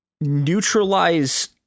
neutralize